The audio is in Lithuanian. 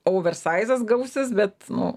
auversaizas gausis bet nu